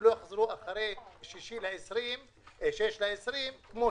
בחברת מעטים